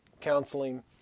counseling